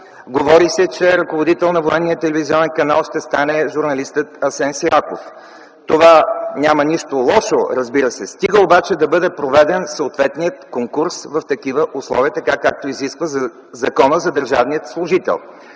Говори се, че ръководител на Военния телевизионен канал ще стане журналистът Асен Сираков. В това няма нищо лошо, разбира се, стига обаче да бъде проведен съответният конкурс в такива условия – както изисква Законът за държавния служител.